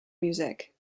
music